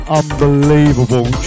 unbelievable